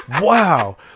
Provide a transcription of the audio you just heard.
wow